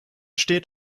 steht